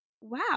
wow